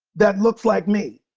that looks like me.